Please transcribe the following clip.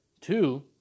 Two